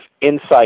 insight